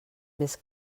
més